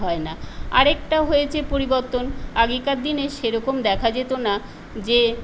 হয় না আরেকটা হয়েছে পরিবর্তন আগেকার দিনে সেরকম দেখা যেত না যে